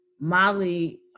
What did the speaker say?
Molly